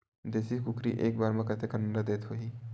देशी कुकरी एक बार म कतेकन अंडा देत होही?